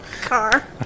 car